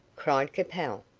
cried capel.